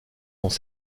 dans